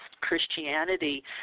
Christianity